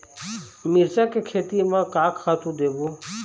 मिरचा के खेती म का खातू देबो?